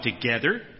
together